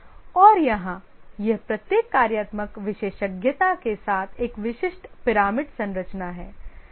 और यहां यह प्रत्येक कार्यात्मक विशेषज्ञता के साथ एक विशिष्ट पिरामिड संरचना है